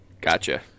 Gotcha